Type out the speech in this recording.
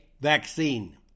vaccine